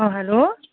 अँ हेलो